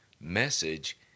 message